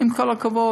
עם כל הכבוד,